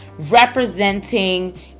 representing